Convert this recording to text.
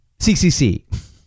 CCC